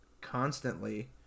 constantly